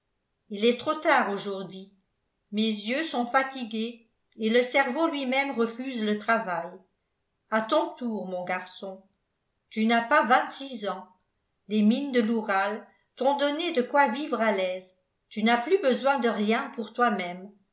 il est trop tard aujourd'hui mes yeux sont fatigués et le cerveau luimême refuse le travail à ton tour mon garçon tu n'as pas vingt-six ans les mines de l'oural t'ont donné de quoi vivre à l'aise tu n'as plus besoin de rien pour toi-même